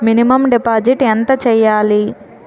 Minimum deposit ఎంత చెయ్యాలి?